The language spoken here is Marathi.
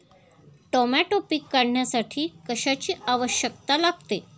टोमॅटो पीक काढण्यासाठी कशाची आवश्यकता लागते?